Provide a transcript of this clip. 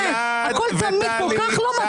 הכול תמיד כל כך לא מתאים.